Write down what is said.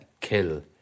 kill